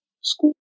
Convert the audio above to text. school